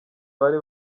bari